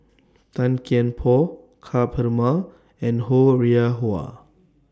Tan Kian Por Ka Perumal and Ho Rih Hwa